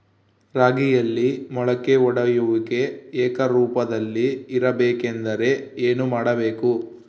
ರಾಗಿಯಲ್ಲಿ ಮೊಳಕೆ ಒಡೆಯುವಿಕೆ ಏಕರೂಪದಲ್ಲಿ ಇರಬೇಕೆಂದರೆ ಏನು ಮಾಡಬೇಕು?